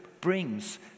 brings